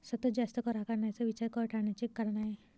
सतत जास्त कर आकारण्याचा विचार कर टाळण्याचे एक कारण आहे